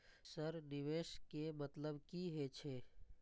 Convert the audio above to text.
Sir निवेश के मतलब की हे छे?